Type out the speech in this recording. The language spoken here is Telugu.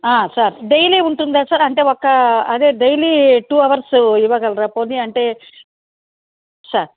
సార్ డైలీ ఉంటుందా సార్ అంటే ఒక అదే డైలీ టు అవర్సు ఇవ్వగలరా పోనీ అంటే సార్